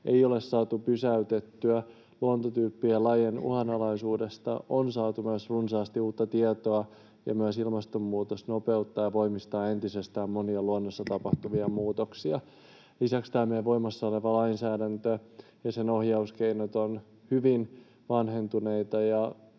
ei ole saatu pysäytettyä. Luontotyyppien ja lajien uhanalaisuudesta on saatu myös runsaasti uutta tietoa, ja myös ilmastonmuutos nopeuttaa ja voimistaa entisestään monia luonnossa tapahtuvia muutoksia. Lisäksi tämä meidän voimassa oleva lainsäädäntö ja sen ohjauskeinot ovat hyvin vanhentuneita,